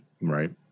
Right